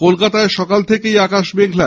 কলকাতায় সকাল থেকেই আকাশ মেঘলা